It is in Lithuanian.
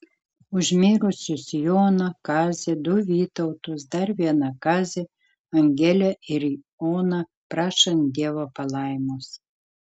už mirusius joną kazį du vytautus dar vieną kazį angelę ir oną prašant dievo palaimos